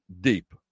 deep